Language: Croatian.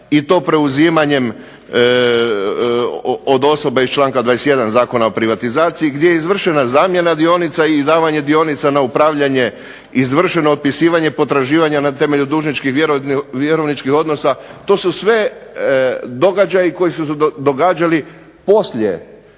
i to preuzimanjem od osobe iz članka 21. Zakona o privatizaciji gdje je izvršena zamjena dionica i davanje dionica na upravljanje izvršeno opisivanje potraživanja na temelju dužničkih, vjerovničkih odnosa. To su sve događaji koji su se događali poslije